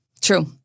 True